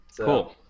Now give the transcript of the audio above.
Cool